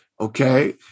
Okay